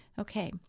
Okay